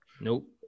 Nope